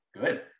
good